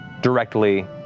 directly